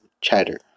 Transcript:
chatter